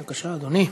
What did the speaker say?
בבקשה, אדוני.